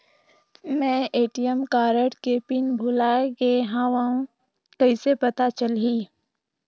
मैं ATM card के PIN भुलाए गे हववं कइसे पता चलही?